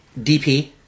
DP